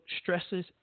stresses